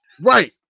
Right